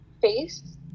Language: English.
face